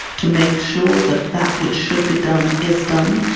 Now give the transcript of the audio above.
to make sure that that which should be done is done,